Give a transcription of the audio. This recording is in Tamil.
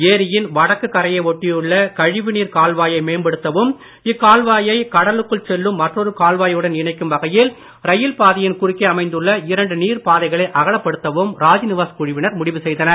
ஏரியின் வடக்கு கரையை ஒட்டியுள்ள கழிவுநீர்க் கால்வாயை மேம்படுத்தவும் இக்கால்வாயை கடலுக்குள் செல்லும் மற்றொரு கால்வாயுடன் இணைக்கும் வகையில் ரயில் பாதையின் குறுக்கே அமைந்துள்ள இரண்டு நீர்ப் பாதைகளை அகலப்படுத்தவும் ராஜ்நிவாஸ் குழுவினர் முடிவுசெய்தனர்